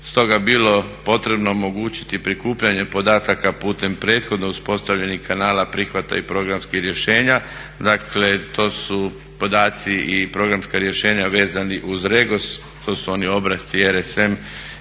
stoga bilo potrebno omogućiti prikupljanje podataka putem prethodno uspostavljenih kanala prihvata i programskih rješenja. Dakle, to su podaci i programska rješenja vezani uz REGOS, to su oni obrasci RFM